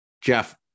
Jeff